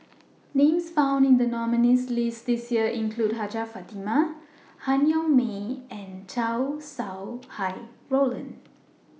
Names found in The nominees' list This Year include Hajjah Fatimah Han Yong May and Chow Sau Hai Roland